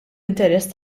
interess